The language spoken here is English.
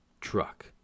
truck